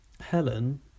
Helen